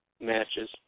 matches